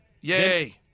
Yay